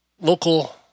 local